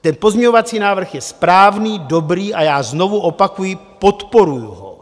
Ten pozměňovací návrh je správný, dobrý a já znovu opakuji, podporuji ho.